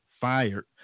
fired